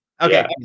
Okay